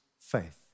faith